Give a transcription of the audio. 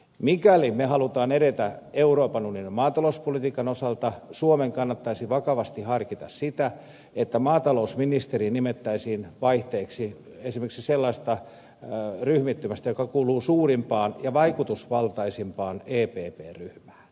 mikäli me haluamme edetä euroopan unionin maatalouspolitiikan osalta suomen kannattaisi vakavasti harkita sitä että maatalousministeri nimettäisiin vaihteeksi esimerkiksi sellaisesta ryhmittymästä joka kuuluu suurimpaan ja vaikutusvaltaisimpaan epp ryhmään